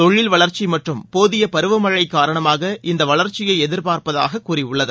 தொழில் வளர்ச்சி மற்றும் போதிய பருவ மழை காரணமாக இந்த வளர்ச்சியை எதிர்பார்ப்பதாக கூறியுள்ளது